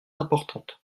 importantes